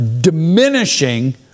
diminishing